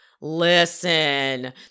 Listen